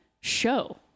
show